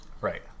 Right